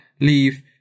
leave